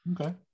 Okay